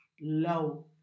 low